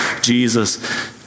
Jesus